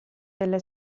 della